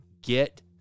Get